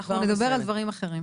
בדיון הזה אנחנו נדבר על דברים אחרים.